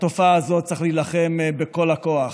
בתופעה הזאת צריך להילחם בכל הכוח.